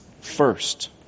first